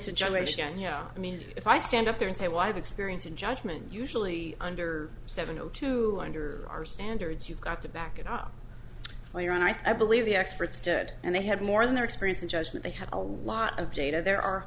generations yeah i mean if i stand up there and say well i have experience in judgment usually under seven o two under our standards you've got to back it up later on i believe the experts did and they had more than their experience and judgment they had a lot of data there are